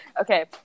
Okay